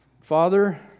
Father